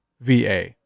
VA